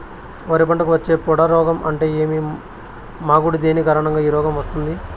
వరి పంటకు వచ్చే పొడ రోగం అంటే ఏమి? మాగుడు దేని కారణంగా ఈ రోగం వస్తుంది?